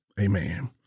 Amen